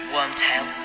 Wormtail